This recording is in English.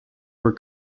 were